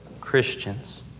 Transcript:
Christians